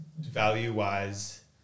value-wise